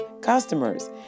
customers